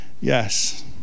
Yes